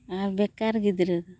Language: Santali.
ᱟᱨ ᱵᱮᱠᱟᱨ ᱜᱤᱫᱽᱨᱟᱹ ᱫᱚ